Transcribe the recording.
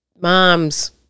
moms